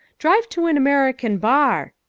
drive to an american bar.